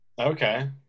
Okay